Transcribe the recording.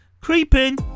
creeping